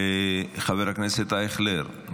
חבר הכנסת אייכלר,